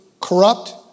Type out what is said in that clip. corrupt